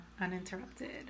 uninterrupted